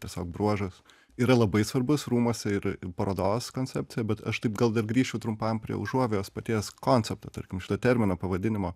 tiesiog bruožas yra labai svarbus rūmuose ir parodos koncepcija bet aš taip gal dar grįšiu trumpam prie užuovėjos paties koncepto tarkim šito termino pavadinimo